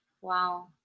Wow